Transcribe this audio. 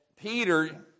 Peter